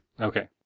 Okay